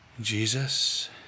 Jesus